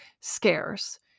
scarce